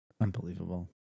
Unbelievable